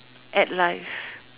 at life